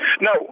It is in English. No